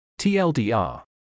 TLDR